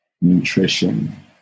nutrition